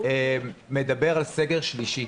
מדבר על סגר שלישי.